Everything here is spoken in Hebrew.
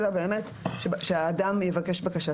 אלא באמת שהאדם יגיש בקשה.